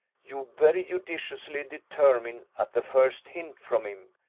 you very judiciously determine, at the first hint from him,